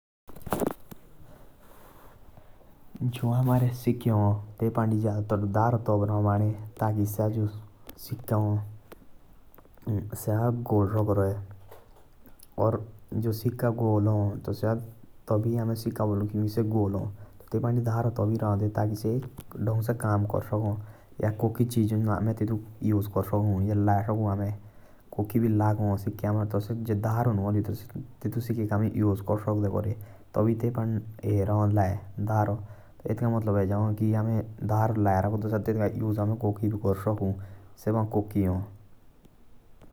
जो हमारे सेवा है ते टू पांडे धारा ताब रहु बने। ताकि स्या सिका गोल सका रहे। तबाई हामी सिखा बोलू जो से गोल है। तपंडी धारा ताब रऊ दे ताकि से काम कर सका।